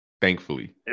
thankfully